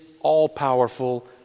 all-powerful